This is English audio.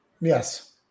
Yes